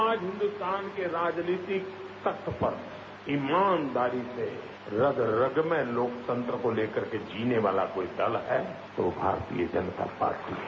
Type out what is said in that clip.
आज हिन्दुस्तान के राजनीतिक तख्त पर ईमानदारी से रग रग में लोकतंत्र को लेकर के जीने वाला जो दल हैं यो भारतीय जनता पार्टी है